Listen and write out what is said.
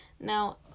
now